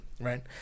right